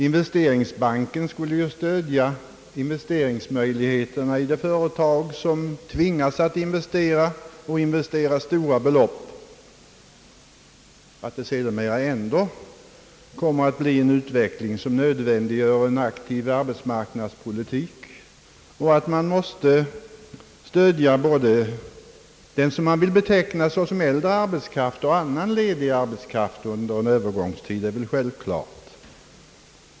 Investeringsbanken skall ju stödja investeringsmöjligheterna för de företag som tvingas att investera, kanske mycket stora belopp. Att det sedermera ändå för dessa företag kan bli en utveckling som nödvändiggör en aktiv arbetsmarknadspolitik och att det under en övergångstid måste lämnas stöd både åt den arbetskraft som kan betecknas som äldre arbetskraft och annan ledig arbetskraft är självklart.